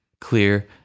clear